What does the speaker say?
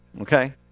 Okay